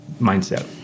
mindset